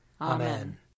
Amen